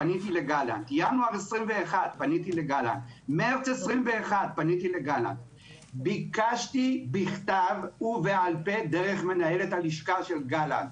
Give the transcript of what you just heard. בינואר 21' ובמרץ 21' ביקשתי בכתב ובעל פה דרך מנהלת הלשכה של גלנט,